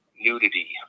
nudity